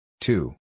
Two